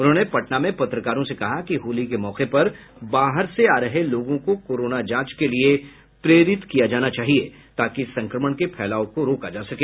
उन्होंने पटना में पत्रकारों से कहा कि होली के मौके पर बाहर से आ रहे लोगों को कोरोना जांच के लिए प्रेरित किया जाना चाहिए ताकि संक्रमण के फैलाव को रोका जा सके